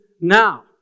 now